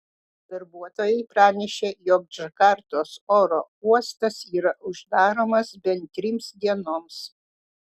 darbuotojai pranešė jog džakartos oro uostas yra uždaromas bent trims dienoms